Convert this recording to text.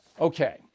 Okay